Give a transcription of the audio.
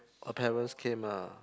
her parents came ah